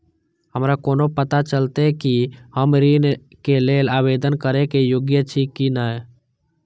हमरा कोना पताा चलते कि हम ऋण के लेल आवेदन करे के योग्य छी की ने?